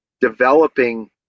developing